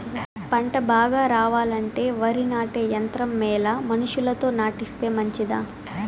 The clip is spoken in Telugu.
పంట బాగా రావాలంటే వరి నాటే యంత్రం మేలా మనుషులతో నాటిస్తే మంచిదా?